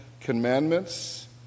Commandments